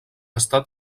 està